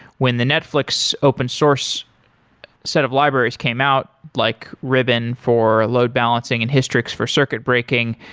when the netflix open source set of libraries came out like ribbon for load balancing and hystrix for circuit breaking,